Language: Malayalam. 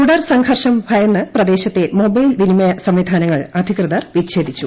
തുടർ സംഘർഷം ഭയന്ന് പ്രദ്ദേശ്രത്തെ മൊബൈൽ വിനിമയ സംവിധാനങ്ങൾ അധികൃതർ വിഛേദിച്ചു